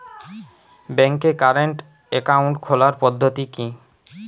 ব্যাংকে current account খোলার পদ্ধতি কি?